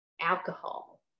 alcohol